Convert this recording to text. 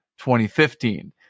2015